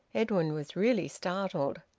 edwin was really startled.